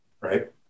right